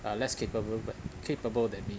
uh less capable but capable than me